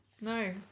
No